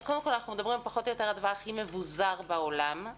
אנחנו מדברים על הדבר הכי מבוזר בעולם.